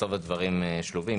בסוף הדברים שלובים.